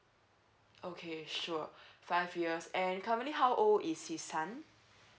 okay sure five years and currently how old is his son